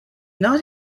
not